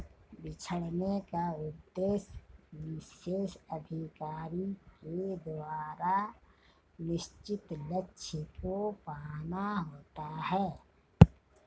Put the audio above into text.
बिछड़ने का उद्देश्य विशेष अधिकारी के द्वारा निश्चित लक्ष्य को पाना होता है